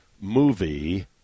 movie